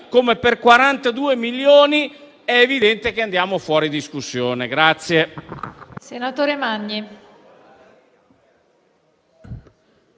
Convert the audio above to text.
come per 42 milioni, è evidente che andiamo fuori discussione.